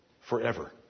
forever